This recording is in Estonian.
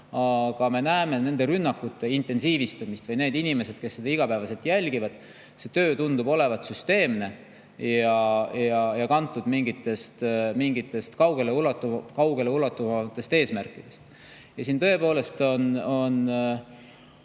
Aga me näeme nende rünnakute intensiivistumist või need inimesed [näevad], kes seda iga päev jälgivad. See töö tundub olevat süsteemne ja kantud mingitest kaugeleulatuvatest eesmärkidest. Ja siin tõepoolest on